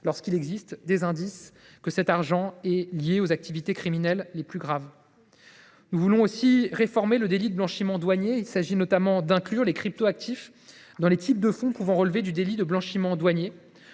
lorsqu’il existe des indices que cet argent est lié aux activités criminelles les plus graves. Nous voulons aussi réformer le délit de blanchiment douanier. Il s’agit notamment d’inclure les crypto actifs dans les types de fonds pouvant relever du délit de blanchiment douanier.